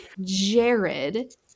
Jared